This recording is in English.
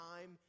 time